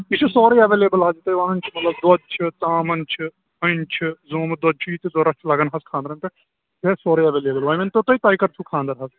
یِہ چھُ سورُے ایویلیبٕل حظ تُہۍ ونان چھُو دۅد چھِ ژامن چھِ تھٔنۍ چھِ زوٚمُت دۅد چھُ یِتہٕ ضروٗرت لگان حظ خانٛدرن پیٚٹھ یہِ آسہِ سورُے ایویلیبٕل وۅنۍ ؤنۍتَو تُہۍ تۄہہِ کر چھُو خانٛدر حظ